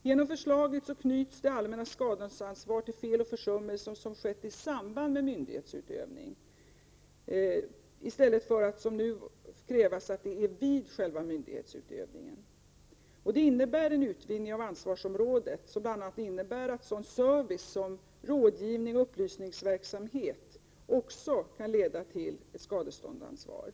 Genom förslaget knyts det allmännas skadeståndsansvar till fel och försummelser som har skett i samband med myndighetsutövning, i stället för att det som nu krävs att de sker vid själva myndighetsutövningen. Det innebär en utvidgning av ansvarsområdet som bl.a. går ut på att service såsom rådgivning och upplysningsverksamhet också kan leda till skadeståndsansvar.